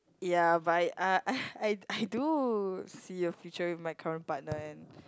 ya but I uh I I do see a future in my current partner and